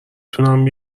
تونم